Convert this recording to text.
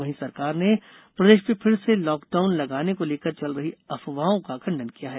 वहीं सरकार ने प्रदेश में फिर से लाक डाउन लगाने को लेकर चल रही अफवाहों का खंडन किया है